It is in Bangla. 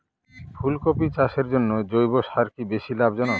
ফুলকপি চাষের জন্য জৈব সার কি বেশী লাভজনক?